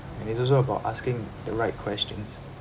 and it's also about asking the right questions